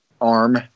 arm